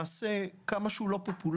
למעשה, כמה שהוא לא פופולרי,